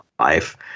life